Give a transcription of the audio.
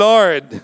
Lord